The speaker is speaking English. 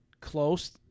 close